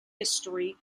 history